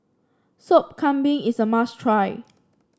Sop Kambing is a must try